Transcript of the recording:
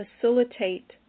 facilitate